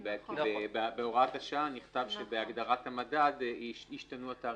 כי בהוראת השעה נכתב שבהגדרת המדד התשנו התעריפים.